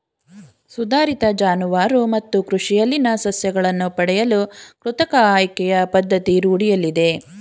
ಸುಧಾರಿತ ಜಾನುವಾರು ಮತ್ತು ಕೃಷಿಯಲ್ಲಿನ ಸಸ್ಯಗಳನ್ನು ಪಡೆಯಲು ಕೃತಕ ಆಯ್ಕೆಯ ಪದ್ಧತಿ ರೂಢಿಯಲ್ಲಿದೆ